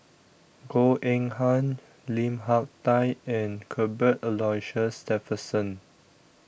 Goh Eng Han Lim Hak Tai and Cuthbert Aloysius Shepherdson